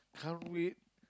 can't wait